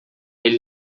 ele